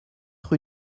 rue